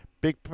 big